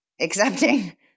accepting